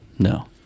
no